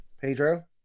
Pedro